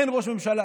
אין ראש ממשלה,